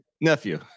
nephew